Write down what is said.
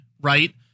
right